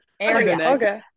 okay